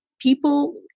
people